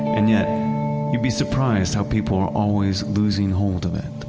and yet you'd be surprised how people are always losing hold of it.